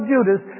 Judas